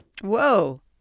Whoa